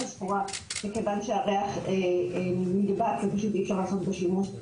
הסחורה מכיוון שהריח נדבק ואי אפשר לעשות בו שימוש.